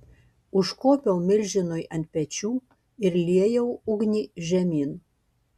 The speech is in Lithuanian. užkopiau milžinui ant pečių ir liejau ugnį žemyn